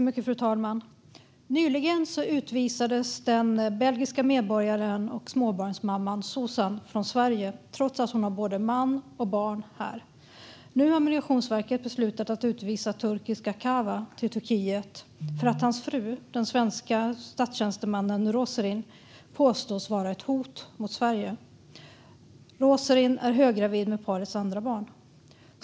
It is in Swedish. Fru talman! Nyligen utvisades den belgiska medborgaren och småbarnsmamman Zozan från Sverige trots att hon har både man och barn här. Nu har Migrationsverket beslutat att utvisa turkiska Kawa till Turkiet för att hans fru, den svenska statstjänstemannen Rozerin, påstås vara ett hot mot Sverige. Rozerin är höggravid med parets andra barn.